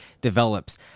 develops